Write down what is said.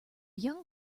young